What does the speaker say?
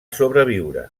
sobreviure